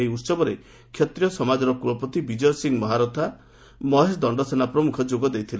ଏହି ଉହବରେ କ୍ଷତ୍ରୀୟ ସମାଜର କୁଳପତି ବିଜୟସିଂ ମହାରଥା ମହେଶ ଦଶ୍ତସେନା ପ୍ରମୁଖ ଯୋଗ ଦେଇଥିଲେ